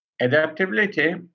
Adaptability